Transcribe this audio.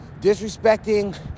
disrespecting